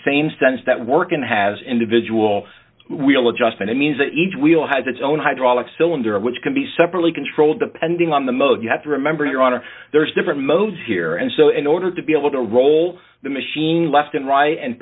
same sense that work and has individual wheel adjustment it means that each wheel has its own hydraulic cylinder which can be separately controlled depending on the mode you have to remember your honor there's different modes here and so in order to be able to roll the machine left and right and